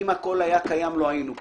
אם הכול היה קיים, לא היינו פה.